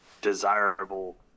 desirable